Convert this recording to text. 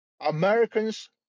Americans